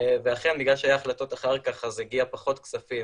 ואכן בגלל שהיו החלטות אחר כך אז הגיעו פחות כספים